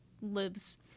lives